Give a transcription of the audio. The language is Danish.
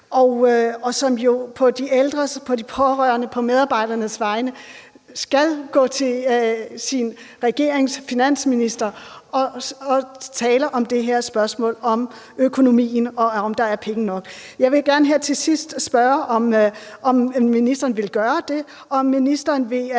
og som jo på de ældres, på de pårørendes, på medarbejdernes vegne skal gå til sin regerings finansminister og tale om det her spørgsmål om økonomien, og om der er penge nok. Jeg vil gerne her til sidst spørge, om ministeren vil gøre det, og om ministeren vil